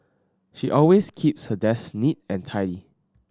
she always keeps her desk neat and tidy